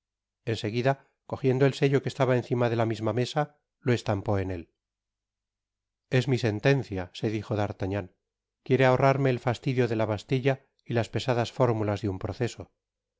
seguida cogiendo el sello que estaba encima de la misma mesa lo estampó en él es mi sentencia se dijo d'artagnan quiere ahorrarme el fastidio de la bastilla y las pesadas fórmulas de un proceso